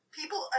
people